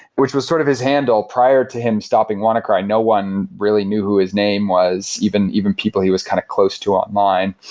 which was sort of his handle prior to him stopping wannacry. no one really knew who his name was, even even people he was kind of close to online.